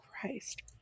Christ